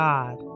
God